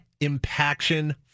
impaction